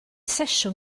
sesiwn